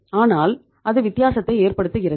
ஆனால் அது வித்தியாசத்தை ஏற்படுத்துகிறது